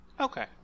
Okay